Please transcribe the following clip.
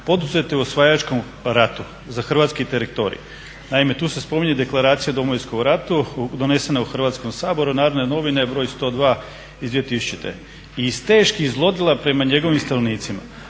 poduzete u osvajačkom ratu za hrvatski teritorij. Naime, tu se spominje deklaracija Domovinskog rata donesena u Hrvatskom saboru, Narodne novine broj 102 iz 2000. I iz teških zlodjela prema njegovim stanovnicima.